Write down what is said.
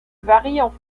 varient